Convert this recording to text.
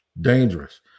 dangerous